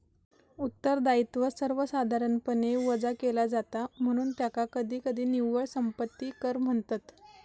उत्तरदायित्व सर्वसाधारणपणे वजा केला जाता, म्हणून त्याका कधीकधी निव्वळ संपत्ती कर म्हणतत